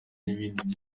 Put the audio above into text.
n’ibindi